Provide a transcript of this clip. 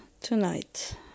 tonight